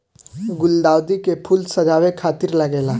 गुलदाउदी के फूल सजावे खातिर लागेला